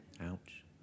Ouch